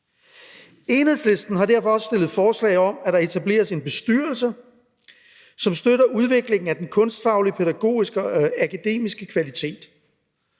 Enhedslisten har derfor også stillet forslag om, at der etableres en bestyrelse, som støtter udviklingen af den kunstfaglige, pædagogiske og akademiske kvalitet,